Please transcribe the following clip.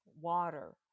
water